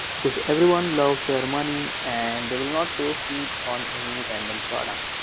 because everyone loves their money and they will not waste it on any random product.